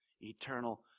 eternal